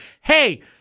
hey